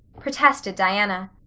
protested diana.